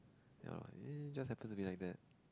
ya just happened to be like that